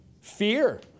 Fear